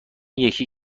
یکی